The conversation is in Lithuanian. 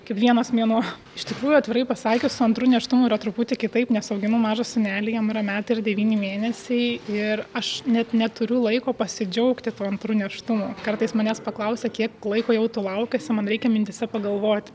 kaip vienas mėnuo iš tikrųjų atvirai pasakius su antru nėštumu yra truputį kitaip nes auginu mažą sūnelį jam yra metai ir devyni mėnesiai ir aš net neturiu laiko pasidžiaugti tuo antru nėštumu kartais manęs paklausia kiek laiko jau tu laukiesi man reikia mintyse pagalvoti